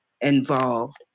involved